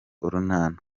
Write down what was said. urunana